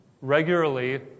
regularly